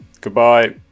Goodbye